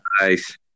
Nice